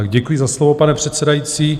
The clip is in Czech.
Děkuji za slovo, pane předsedající.